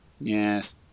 Yes